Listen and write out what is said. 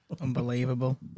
Unbelievable